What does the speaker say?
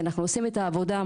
אנחנו עושים את העבודה.